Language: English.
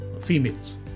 females